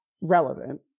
relevant